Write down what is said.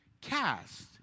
Cast